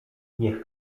niech